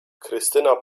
krystyna